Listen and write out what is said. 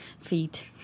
feet